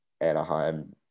Anaheim